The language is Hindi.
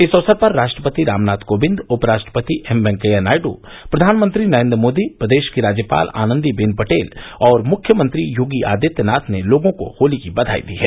इस अवसर पर राष्ट्रपति रामनाथ कोविंद उप राष्ट्रपति एम वेंकैया नायडू प्रवानमंत्री नरेन्द्र मोदी प्रदेश की राज्यपाल आनन्दीबेन पटेल और मुख्यमंत्री योगी आदित्यनाथ ने लोगों को होली की बधाई दी है